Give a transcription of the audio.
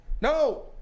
No